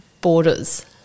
borders